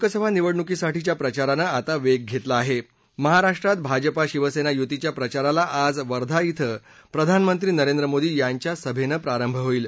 लोकसभा निवडणुकीसाठीच्या प्रचारानं आता वा पकडला आह झेहाराष्ट्रात भाजप शिवसद्वी युतीच्या प्रचाराला आज वर्धा िंग प्रधानमंत्री नरेंद्र मोदी यांच्या सभ्रीप्रारंभ होईल